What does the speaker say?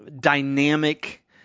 dynamic